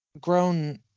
grown